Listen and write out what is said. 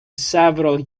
several